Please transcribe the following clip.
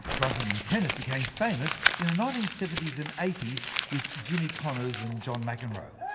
grunting in tennis became famous in the nineteen seventy s and eighty s with jimmy connors and john mcenroe.